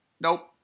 Nope